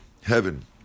Heaven